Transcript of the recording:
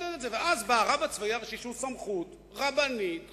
ואז בא הרב הצבאי הראשי, שהוא סמכות רבנית חשובה,